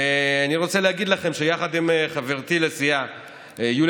אני רוצה להגיד לכם שיחד עם חברתי לסיעה יוליה